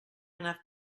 enough